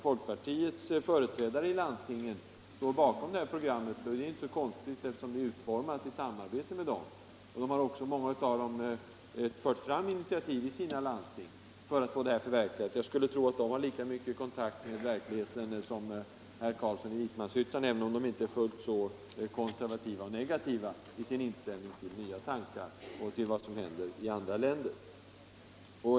Folkpartiets företrädare i landstingen står bakom vårt program, och det är inte så konstigt, eftersom det är utformat i samarbete med dem. Många har också fört fram initiativ i sina landsting för att få det förverkligat. Jag skulle tro att de har lika god kontakt med verkligheten som herr Carlsson i Vikmanshyttan, även om de inte är fullt så konservativa och negativa i sin inställning till nya tankar och till vad som händer i andra länder.